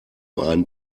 einen